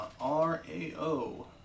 R-A-O